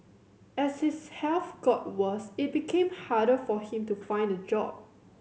as his health got worse it became harder for him to find a job